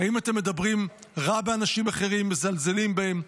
"האם אתם מדברים רעה באנשים אחרים, מזלזלים בהם,